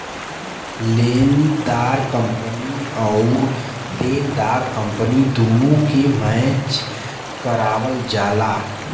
लेनेदार कंपनी आउर देनदार कंपनी दुन्नो के मैच करावल जाला